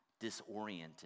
disoriented